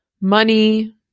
money